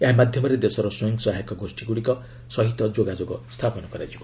ଏହା ମାଧ୍ୟମରେ ଦେଶର ସ୍ୱୟଂ ସହାୟକ ଗୋଷ୍ଠୀଗୁଡିକ ସହ ସଂଯୋଗ ସ୍ଥାପନ କରାଯିବ